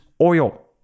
oil